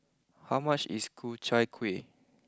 how much is Ku Chai Kuih